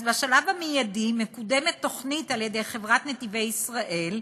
אז בשלב המיידי מקודמת תוכנית על-ידי חברת "נתיבי ישראל",